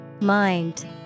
Mind